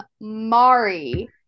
Mari